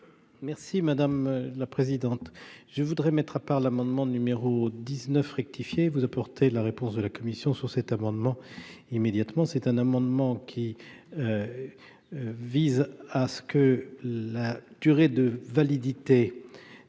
Merci madame la présidente, je voudrais mettre à part l'amendement numéro 19 rectifié vous apporter la réponse de la Commission sur cet amendement, immédiatement, c'est un amendement qui vise à ce que la durée de validité